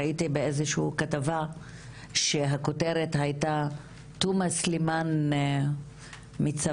ראיתי באיזושהי כתבה שהכותרת הייתה: תומא סלימאן מצווה,